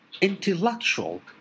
intellectual